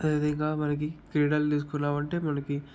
అదేవిధంగా మనకి క్రీడలు తీసుకున్నామంటే మనకి